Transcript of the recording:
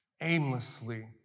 aimlessly